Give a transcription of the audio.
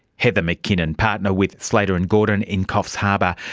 heather mckinnon, partner with slater and gordon in coffs harbour,